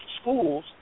schools